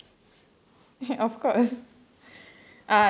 of course